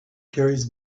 carries